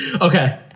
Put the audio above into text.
Okay